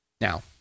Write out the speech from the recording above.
Now